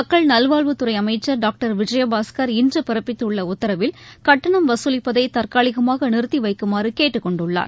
மக்கள் நல்வாழ்வுத்துறை அமைச்சர் டாக்டர் விஜயபாஸ்கர் இன்று பிறப்பித்தள்ள உத்தரவில் கட்டணம் வசூலிப்பதை தற்காலிகமாக நிறுத்தி வைக்குமாறு கேட்டுக் கொண்டுள்ளார்